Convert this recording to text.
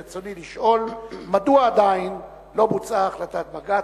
רצוני לשאול: מדוע עדיין לא בוצעה החלטת בג"ץ?